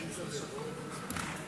ונזכרתי.